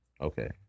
Okay